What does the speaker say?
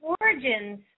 Origins